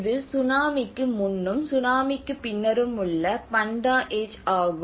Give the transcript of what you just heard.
இது சுனாமிக்கு முன்னும் சுனாமிக்குப் பின்னரும் உள்ள பண்டா ஏச் ஆகும்